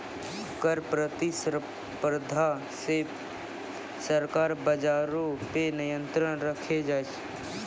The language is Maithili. कर प्रतिस्पर्धा से सरकार बजारो पे नियंत्रण राखै छै